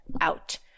out